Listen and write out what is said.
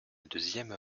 deuxième